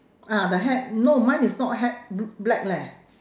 ah the hat no mine is not hat bl~ black leh